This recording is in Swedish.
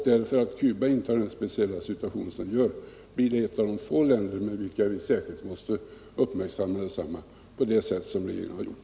Därför att Cuba intar den speciella ställning som det gör blir det ett av de länder som vi särskilt måste uppmärksamma på det sätt som regeringen har gjort.